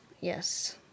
Yes